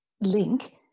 link